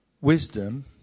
wisdom